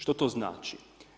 Što to znači?